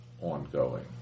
ongoing